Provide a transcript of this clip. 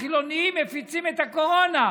החילונים מפיצים את הקורונה?